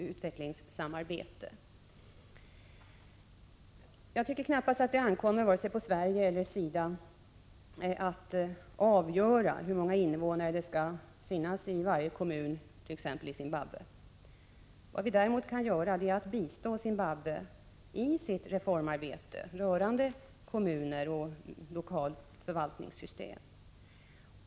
1985/86:123 Jag tycker knappast att det ankommer på vare sig Sverige eller SIDA att — 22 april 1986 avgöra hur många invånare det skall finnas i varje kommun i t.ex. Zimbabwe. Däremot kan vi bistå Zimbabwe i landets reformarbete rörande Oimp antingen fi or &. z i visst bistånd till Zimkommuner och lokala förvaltningssystem.